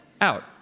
Out